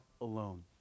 alone